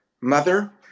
mother